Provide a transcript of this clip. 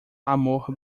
amor